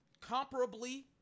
comparably